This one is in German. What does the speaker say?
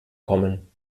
kommen